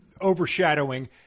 Overshadowing